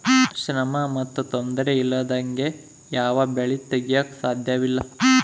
ಶ್ರಮ ಮತ್ತು ತೊಂದರೆ ಇಲ್ಲದಂಗೆ ಯಾವ ಬೆಳೆ ತೆಗೆಯಾಕೂ ಸಾಧ್ಯಇಲ್ಲ